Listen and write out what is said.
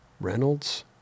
Reynolds